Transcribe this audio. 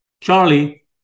Charlie